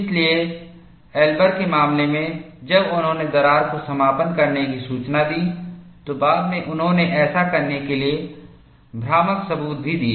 इसलिए एल्बर के मामले में जब उन्होंने दरार को समापन करने की सूचना दी तो बाद में उन्होंने ऐसा करने के लिए भ्रामक सबूत भी दिए